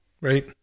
right